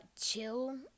chill